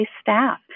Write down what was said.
staff